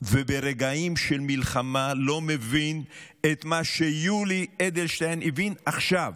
וברגעים של מלחמה לא מבין את מה שיולי אדלשטיין הבין עכשיו